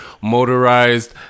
motorized